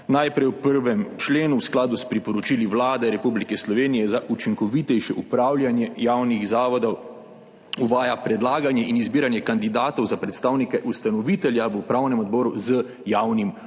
Najprej v 1. členu v skladu s priporočili Vlade Republike Slovenije za učinkovitejše upravljanje javnih zavodov uvaja predlaganje in izbiranje kandidatov za predstavnike ustanovitelja v upravnem odboru z javnim pozivom,